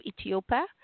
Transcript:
Ethiopia